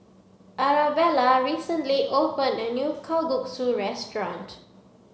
Arabella recently opened a new Kalguksu restaurant